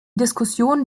diskussion